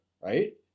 right